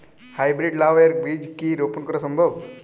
High breed লাও এর বীজ কি রোপন করা সম্ভব?